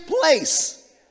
place